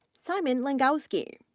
simon langowski,